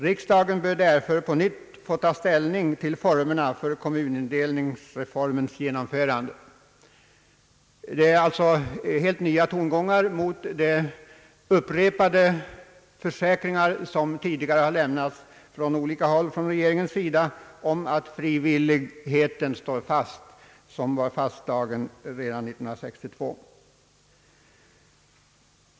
Riksdagen bör därför på nytt få ta ställning till formerna för kommunindelningsreformens genomförande. Det är alltså helt nya tongångar jämfört med de upprepade försäkringar som tidigare har lämnats från regeringen om att frivilligheten står fast, såsom bestämdes redan år 1962.